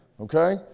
okay